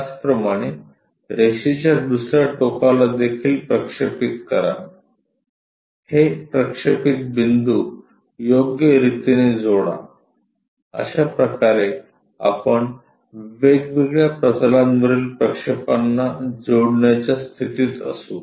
त्याचप्रकारे रेषेच्या दुसर्या टोकाला देखील प्रक्षेपित करा हे प्रक्षेपित बिंदू योग्य रितीने जोडा अशाप्रकारे आपण वेगवेगळ्या प्रतलांवरील प्रक्षेपांना जोडण्याच्या स्थितीत असू